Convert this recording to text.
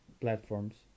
platforms